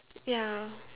ya